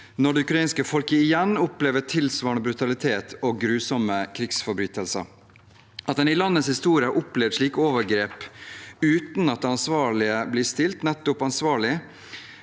når det ukrainske folket igjen opplever tilsvarende brutalitet og grusomme krigsforbrytelser. At en i landets historie har opplevd slike overgrep uten at de ansvarlige blir stilt nettopp ansvarlig